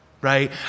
right